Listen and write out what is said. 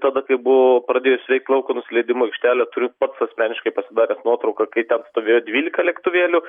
tada kai buvo pradėjus veikt lauko nusileidimo aikštelė turiu pats asmeniškai pasidaręs nuotrauką kai ten stovėjo dvylika lėktuvėlių